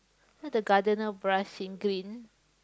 the gardener brush in green